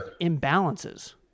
imbalances